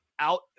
out